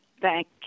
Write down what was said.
Thank